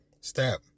step